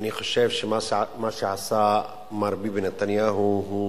ואני חושב שמה שעשה מר ביבי נתניהו הוא